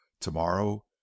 tomorrow